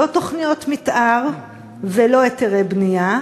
לא תוכניות מתאר ולא היתרי בנייה,